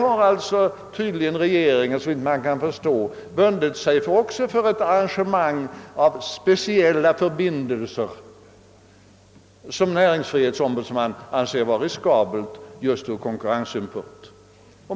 Där har alltså regeringen, såvitt man kan förstå, bundit sig för ett arrangemang av speciella förbindelser, som näringsfrihetsombudsmannen anser vara riskabelt just ur konkurrensens synpunkt.